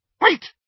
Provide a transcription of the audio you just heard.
Wait